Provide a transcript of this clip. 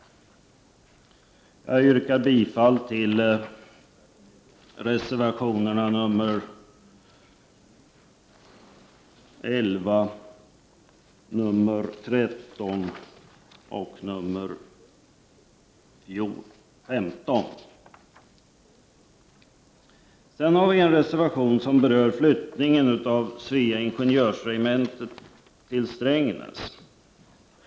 Jag yrkar bifall till reservationerna 11, 13 och 15. Miljöpartiet har en reservation som berör flyttningen av Svea ingenjörsregemente till Strängnäs.